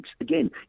again